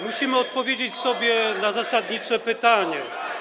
musimy odpowiedzieć sobie na zasadnicze pytanie: